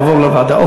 יעבור לוועדה.